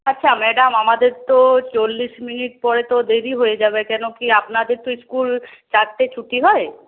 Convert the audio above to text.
আচ্ছা ম্যাডাম আমাদের তো চল্লিশ মিনিট পরে তো দেরি হয়ে যাবে কেন কি আপনাদের তো স্কুল চারটে ছুটি হয়